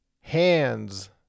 Hands